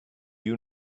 you